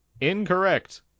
Incorrect